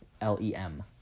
L-E-M